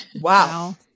Wow